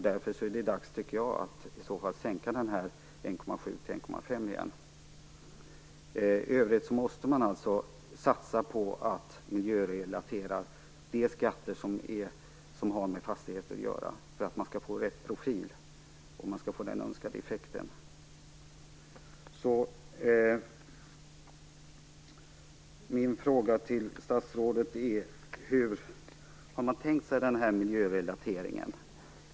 Därför tycker jag att det är dags att sänka fastighetsskatten från 1,7 % till I övrigt måste man satsa på att miljörelatera de skatter som har med fastigheter att göra för att man skall få rätt profil och få den önskade effekten. Min fråga till statsrådet är: Hur har man tänkt sig denna miljörelatering?